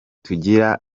tugira